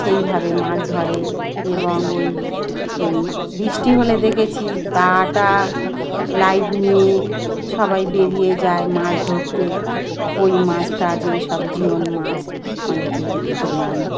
সেইভাবে মাছ ধরে এবং ওই বৃষ্টি হলে দেখেছি দা টা লাইট নিয়ে সবাই বেরিয়ে যায় মাছ ধরতে কই মাছ টাছ যেই সব জিওল মাছ অনেকে ধরে আনে